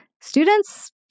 students